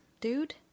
dude